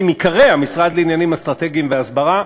ייקרא המשרד לעניינים אסטרטגיים והסברה,